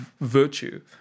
virtue